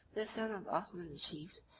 the son of othman achieved,